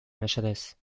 mesedez